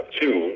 two